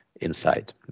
inside